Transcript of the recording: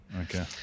Okay